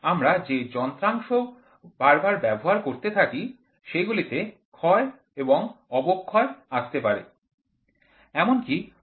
আমরা যে যন্ত্রাংশ বার বার ব্যবহার করতে থাকি সেগুলিতে ক্ষয় এবং অবক্ষয় আসতে পারে এমনকি প্রথমবার ব্যবহার করার সময়েও আসতে পারে